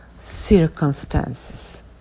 circumstances